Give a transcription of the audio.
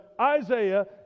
Isaiah